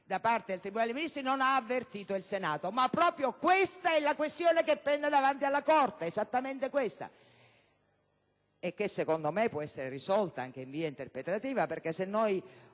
da parte del tribunale dei ministri non ha avvertito il Senato. Ma proprio questa è la questione che pende davanti alla Corte, esattamente questa, che secondo me può essere risolta, anche in via interpretativa. Infatti,